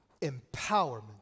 empowerment